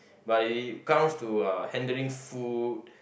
but it comes to uh handling food